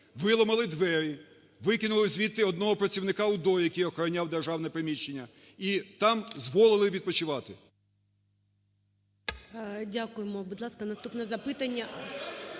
виламали двері, викинули звідти одного працівника УДО, який охороняв державне приміщення, і там зволили відпочивати. ГОЛОВУЮЧИЙ. Дякуємо. Будь ласка, наступне запитання…